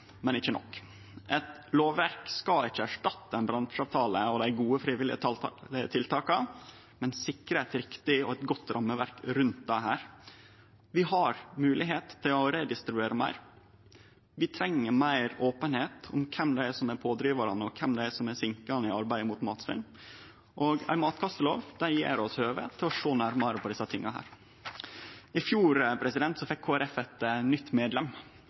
men ikkje nok. Eit lovverk skal ikkje erstatte ein bransjeavtale og dei gode, frivillige tiltaka, men sikre eit riktig og godt rammeverk rundt dette. Vi har moglegheit til å redistribuere meir, vi treng meir openheit om kven som er pådrivarane, og kven som er sinkene i arbeidet mot matsvinn, og ei matkastelov gjev oss høve til å sjå nærmare på desse tinga. I fjor fekk Kristeleg Folkeparti ein ny medlem,